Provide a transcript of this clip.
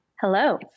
Hello